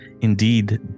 indeed